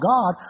God